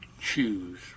choose